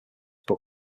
but